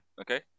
Okay